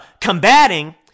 combating